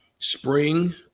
spring